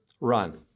run